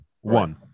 One